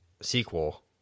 sequel